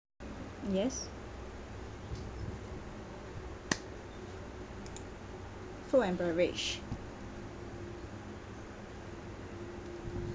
yes food and beverage